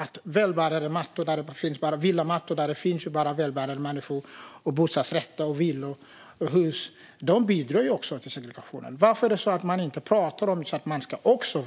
Att det finns villamattor där det bara finns välbärgade människor, bostadsrätter och villor bidrar också till segregationen. Varför pratar man inte om att det ska